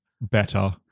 better